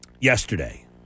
yesterday